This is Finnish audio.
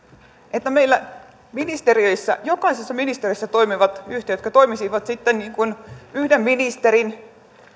jos meillä ministeriöissä jokaisessa ministeriössä on yhtiöitä jotka toimisivat sitten yhden ministerin